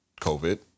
COVID